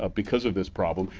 ah because of this problem.